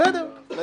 בסדר.